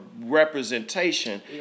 representation